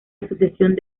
asociación